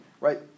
right